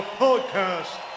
podcast